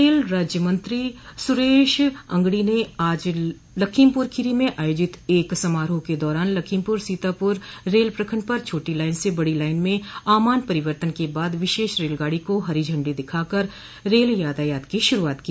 rail राज्य मंत्री सुरेश अगडो ने आज लखीमपुर खीरी में आयोजित एक समारोह के दौरान लखीमपुर सीतापुर रेल प्रखंड पर छोटी लाइन से बड़ी लाइन में आमान परिवर्तन के बाद विशेष रेलगाड़ी को हरी झंडी दिखा कर रेल यातायात की शुरूआत की